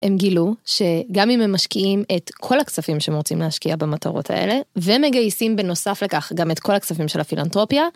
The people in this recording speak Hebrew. הם גילו שגם אם הם משקיעים את כל הכספים שהם רוצים להשקיע במטרות האלה, ומגייסים בנוסף לכך גם את כל הכספים של הפילנתרופיה